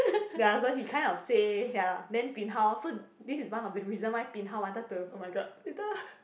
ya so he kind of say ya lah then bin hao so this is one of the reasons why bin hao wanted to oh-my-god later